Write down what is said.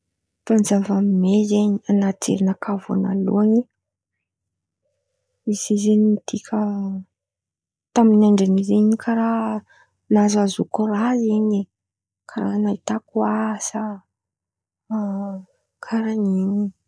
Fanjava ny mey zen̈y, an̈aty jerinakà vônaloan̈y izy io zen̈y midika taminy andran'io zen̈y karàha nazahozahoko raha in̈y, karàha nahitako asa, karàha in̈y.